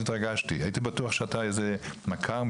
הייתי בטוח שאתה אח או